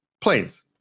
planes